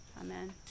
Amen